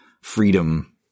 freedom